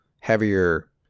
heavier